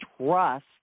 trust